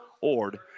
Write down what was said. Ord